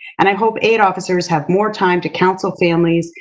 and i hope aid officers have more time to counsel families,